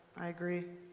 i agree.